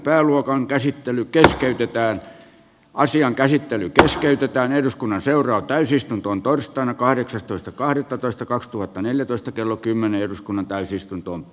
pääluokan ja asian käsittely keskeytetään eduskunnan seuraa täysistuntoon torstaina kahdeksastoista kahdettatoista kaksituhattaneljätoista kello kymmenen eduskunnan täysistuntoon b